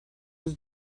his